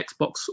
Xbox